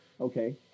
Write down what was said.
okay